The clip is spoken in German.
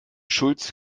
schulz